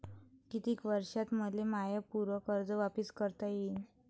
कितीक वर्षात मले माय पूर कर्ज वापिस करता येईन?